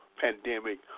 pandemic